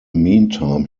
meantime